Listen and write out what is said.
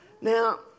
Now